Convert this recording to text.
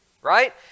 Right